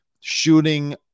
shooting